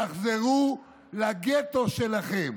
תחזרו לגטו שלכם.